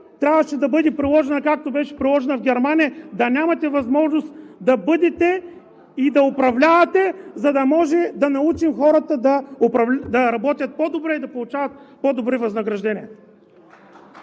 трябваше да бъде приложена, както беше приложена в Германия – да нямате възможност да управлявате, за да може да научим хората да работят по-добре и да получават по-добри възнаграждения!